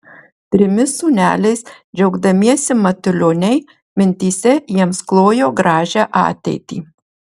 trimis sūneliais džiaugdamiesi matulioniai mintyse jiems klojo gražią ateitį